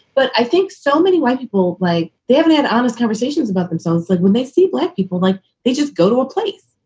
but i think so many white people, like they haven't had honest conversations about themselves, like when they see black people, like they just go to a place.